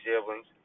siblings